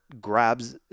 grabs